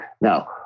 Now